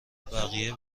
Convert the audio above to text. بقیه